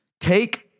take